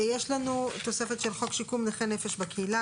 יש לנו תוספת של חוק שיקום נכי נפש בקהילה,